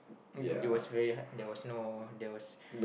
it was very hard there was no there was